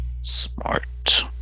smart